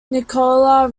nicola